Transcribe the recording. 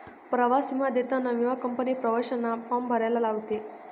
प्रवास विमा देताना विमा कंपनी प्रवाशांना फॉर्म भरायला लावते